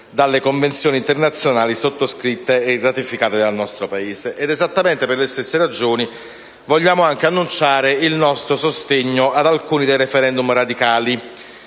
dalle convenzioni internazionali sottoscritte e ratificate dal nostro Paese. Esattamente per le stesse ragioni vogliamo anche annunciare il nostro sostegno ad alcuni *referendum* radicali,